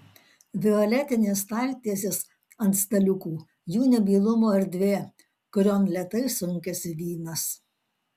violetinės staltiesės ant staliukų jų nebylumo erdvė kurion lėtai sunkiasi vynas